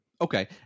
Okay